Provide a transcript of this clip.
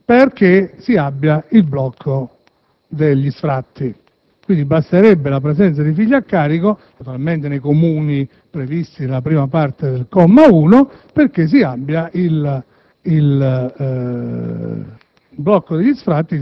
perché si abbia il blocco degli sfratti: basterebbe dunque la presenza di figli a carico, naturalmente nei Comuni previsti nella prima parte del primo comma, perché si applichi il blocco